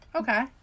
Okay